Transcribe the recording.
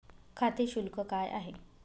खाते शुल्क काय आहे?